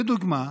לדוגמה,